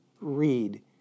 read